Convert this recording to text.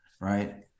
right